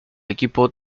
equipo